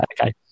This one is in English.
Okay